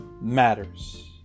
matters